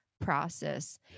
process